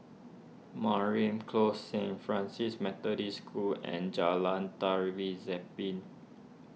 Mariam Close Saint Francis Methodist School and Jalan Tari Zapin